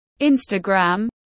Instagram